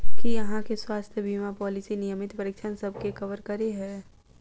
की अहाँ केँ स्वास्थ्य बीमा पॉलिसी नियमित परीक्षणसभ केँ कवर करे है?